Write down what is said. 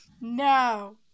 No